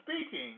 speaking